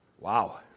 wow